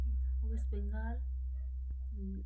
West Bengal